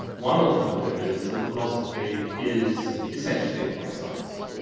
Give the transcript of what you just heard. one alternative is that philosophy is essentially like science.